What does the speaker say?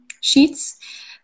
sheets